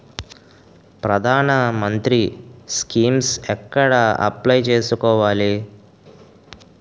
ప్రధాన మంత్రి స్కీమ్స్ ఎక్కడ అప్లయ్ చేసుకోవాలి?